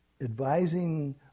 advising